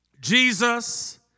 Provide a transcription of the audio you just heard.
Jesus